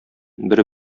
бер